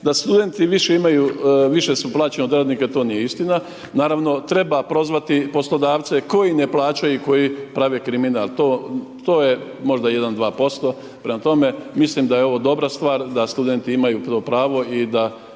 da studenti više su plaćeni od radnika, to nije istina, naravno, treba prozvati poslodavce koji ne plaćaju, koji prave kriminal, to je možda 1, 2%, prema tome mislim da je ovo dobra stvar da studenti imaju puno pravo i da